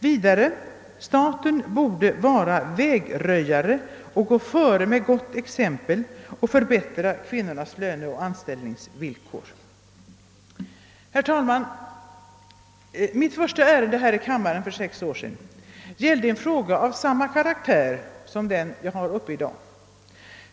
Vidare borde staten vara vägröjare och föregå med gott exempel för att förbättra kvinnornas löneoch anställningsvillkor. Herr talman! Mitt första ärende här i kammaren för sex år sedan gällde en fråga av samma karaktär som den jag har uppe i dag.